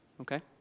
okay